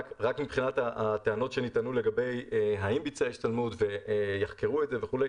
מבחינת הטענות שנטענו לגבי האם ביצע השתלמות ויחקרו את זה וכו',